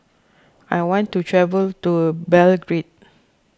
I want to travel to Belgrade